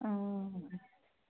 অঁ